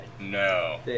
no